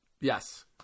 Yes